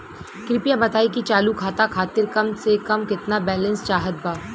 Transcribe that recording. कृपया बताई कि चालू खाता खातिर कम से कम केतना बैलैंस चाहत बा